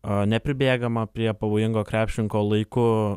a nepribėgama prie pavojingo krepšininko laiku